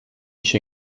się